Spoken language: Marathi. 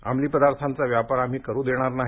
अमली पदार्थाचा व्यापार आम्ही करू देणार नाही